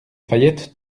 fayette